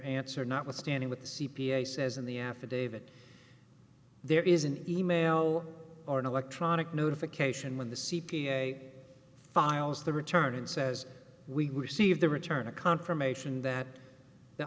answer notwithstanding with the c p a says in the affidavit there is an e mail or an electronic notification when the c p a files the return and says we receive the return a confirmation that the